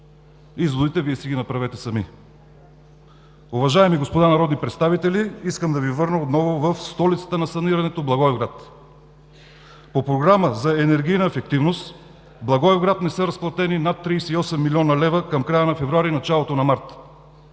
Изводите Вие си ги направете сами. Уважаеми господа народни представители, искам да Ви върна отново в „столицата на санирането“ – Благоевград. По Програмата за енергийна ефективност в Благоевград не са разплатени над 38 млн. лв. към края на месец февруари и началото на месец